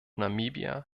namibia